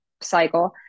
cycle